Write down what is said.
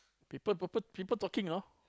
people p~ people talking you know